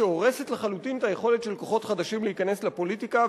שהורסת לחלוטין את היכולת של כוחות חדשים להיכנס לפוליטיקה,